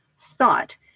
thought